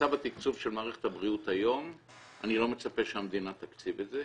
במצב התקצוב של מערכת הבריאות היום אני לא מצפה שהמדינה תקציב את זה.